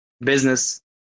business